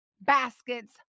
baskets